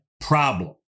problem